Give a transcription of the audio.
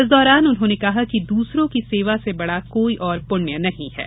इस दौरान उन्होंने कहा कि दूसरो की सेवा से बड़ा कोई और पुण्य नहीं है